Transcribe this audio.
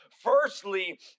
firstly